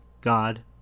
God